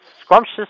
scrumptious